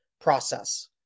process